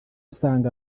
usanga